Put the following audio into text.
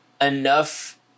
enough